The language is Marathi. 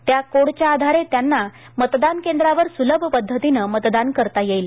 त्या कोडच्या आधारे त्यांना मतदान केंद्रावर सुलभ पद्धतीने मतदान करता येईल